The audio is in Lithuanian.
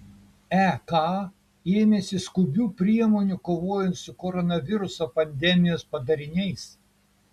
ek ėmėsi skubių priemonių kovojant su koronaviruso pandemijos padariniais